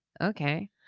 okay